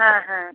হ্যাঁ হ্যাঁ